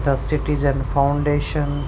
the citizen foundation